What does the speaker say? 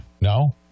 No